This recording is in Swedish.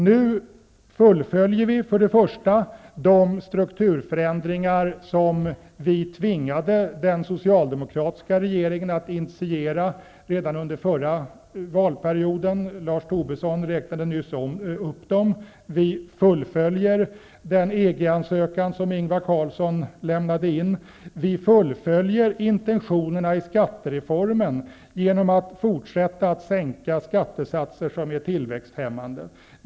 Nu fullföljer vi först och främst de strukturförändringar som vi tvingade den socialdemokratiska regeringen att initiera redan under förra valperioden. Lars Tobisson räknade nyss upp dem. Vi fullföljer den EG-ansökan som Ingvar Carlsson lämnade in. Vi fullföljer intentionerna i skattereformen genom att fortsätta att sänka skattesatser som är tillväxthämmande.